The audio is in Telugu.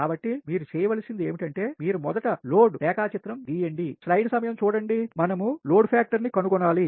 కాబట్టి మీరు చేయవలసింది ఏమిటంటే మీరు మొదట లోడ్ రేఖా చిత్రము గీయండి మరియు లోడ్ ఫ్యాక్టర్ ని కనుగొనాలి